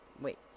wait